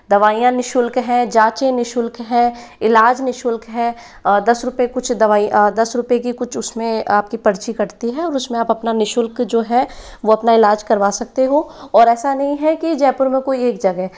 दवाइयाँ नि शुल्क हैं जाँचें नि शुल्क हैं इलाज नि शुल्क है दस रुपये कुछ दवाई दस रुपये की कुछ उसमें आपकी पर्ची कटती है और उसमें आप अपना नि शुल्क जो है वो अपना इलाज करवा सकते हो और ऐसा नहीं है कि जयपुर में कोई एक जगह